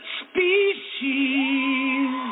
species